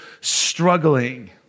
struggling